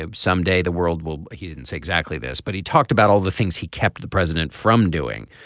ah someday the world will he didn't say exactly this but he talked about all the things he kept the president from doing.